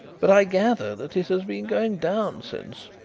but i gather that it has been going down since,